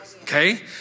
okay